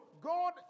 god